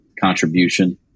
contribution